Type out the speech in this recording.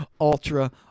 Ultra